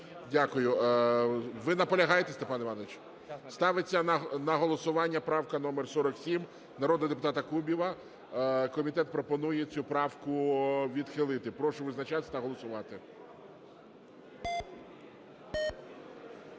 Дякую. Ви наполягаєте, Степан Іванович? Ставиться на голосування правка номер 47 народного депутата Кубіва, комітет пропонує цю правку відхилити. Прошу визначатися та голосувати.